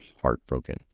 Heartbroken